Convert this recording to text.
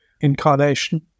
incarnation